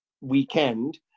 weekend